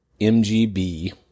MGB